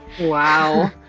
wow